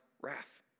wrath